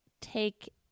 take